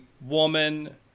woman